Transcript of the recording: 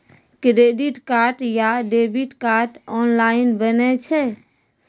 Credit card या debit card online बनै छै?